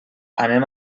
anem